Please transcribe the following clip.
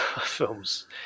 films